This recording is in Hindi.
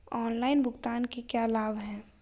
ऑनलाइन भुगतान के क्या लाभ हैं?